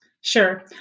Sure